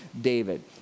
David